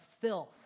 filth